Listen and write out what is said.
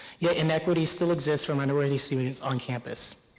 yet inequity still exists for minority students on campus.